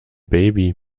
baby